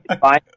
fine